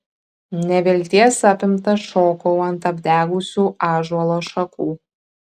nevilties apimtas šokau ant apdegusių ąžuolo šakų